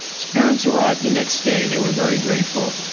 his parents arrived the next day. they were very grateful.